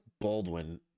Baldwin